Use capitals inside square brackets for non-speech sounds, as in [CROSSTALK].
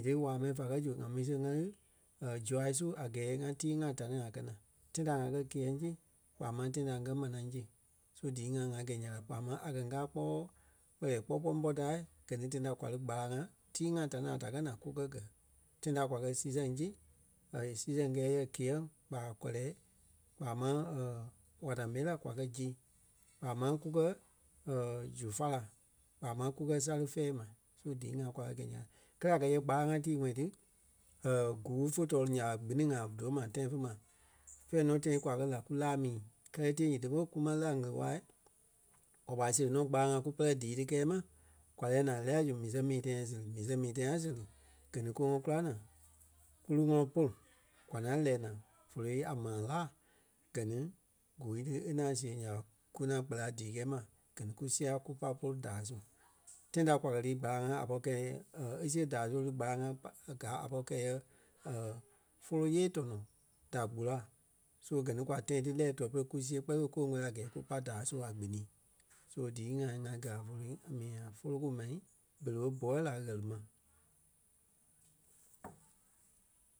[UNINTELLIGIBLE] waa mɛni va kɛ zu ŋa mi siɣe ŋa lí [HESITATION] zûa su a gɛɛ ŋa tii ŋa ta ni ŋai kɛ naa. Tãi ta ŋa kɛ kiyɛŋ si kpaa máŋ tãi ta ŋ́gɛ manaa si. So dii-ŋai ŋa gɛi nya ka ti kpaa máŋ a kɛ̀ ŋ́gaa kpɔ́ kpɛlɛɛ kpɔ́ kpɔɔi ḿɓɔ taai gɛ ni tãi ta kwa lí gbálaŋ-ŋa tii ta ni ŋai da kaa naa kukɛ gɛ̀. Tãi ta kwa kɛ sii sɛŋ si [HESITATION] sii sɛŋ kɛɛ yɛ kiyɛŋ kpaa kɔlɛɛ kpaa máŋ [HESITATION] wata-mila kwa kɛ zi. Kpaa máŋ kukɛ [HESITATION] zu fála kpaa máŋ kukɛ sale fɛɛ ma. So dii-ŋai kwa kɛ gɛ̂i ya ka. Kɛ́lɛ a kɛ̀ yɛ kpálaŋ ŋai tii wɔ ti [HESITATION] guui fe too ni nya ɓa kpinii-ŋai díwɔ ma tãi fe ma fɛ̂ɛ nɔ tãi kwa kɛ la kú laa mii kɛlɛ e tɛɛ nyíti polu kú ma lí a ɣele waa kwa pai séri nɔ gbálaŋ ŋa kú pere díi ti kɛɛ ma kwa lɛ́ɛ naa e lɛ́ɛ la zu mii sɛŋ mii tãi e sɛri. Mii sɛŋ mii tãi a sèri gɛ ni ku ŋɔnɔ kula naa kú lí ŋɔnɔ polu kwa ŋaŋ lɛ́ɛ naa vóloi a maa láa gɛ ni guûi ti e ŋaŋ see nya ɓa, kú ŋaŋ kpéla dii kɛɛ ma gɛ kú sia kú pai polu daai su. Tãi ta kwa kɛ lii gbálaŋ ŋa a pɔri kɛɛ yɛ [HESITATION] e siɣe daai su e lí gbálaŋ ŋa kpa- gaa a pɔri kɛɛ yɛ [HESITATION] fólo yée tɔnɔ da gbola. So gɛ ni kwa tãi ti lɛɛ tuɛ-pere kú see kpɛni fe kufe ŋwɛ́li a gɛɛ kú pai daai su a gbini. So dii-ŋai ŋí ŋa gaa a folo a mi ŋa folo ku mai berei ɓé búɔɔ la ɣiri ma.